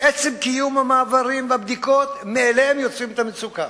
עצם קיום המעברים והבדיקות מאליו יוצר את המצוקה.